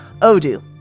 Odoo